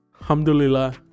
Alhamdulillah